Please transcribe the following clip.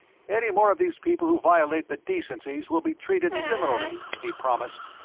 any more of these people who violate the decencies will be treated similarly, he promised.